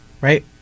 Right